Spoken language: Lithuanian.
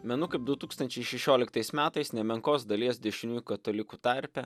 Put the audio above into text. menu kaip du tūkstančiai šešioliktais metais nemenkos dalies dešiniųjų katalikų tarpe